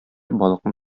балыкны